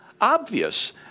obvious